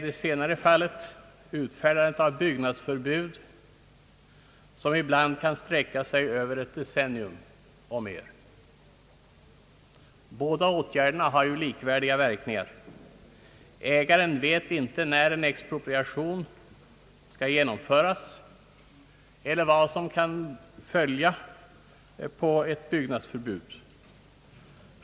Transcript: Det senare fallet gäller utfärdandet av byggnadsförbud, som ibland kan sträcka sig över ett decen nium och mer. Båda åtgärderna har likvärdiga verkningar. Ägaren vet inte när en expropriation skall genomföras eller vad som kan följa på ett byggnadsförbud.